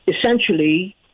essentially